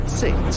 six